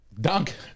Dunk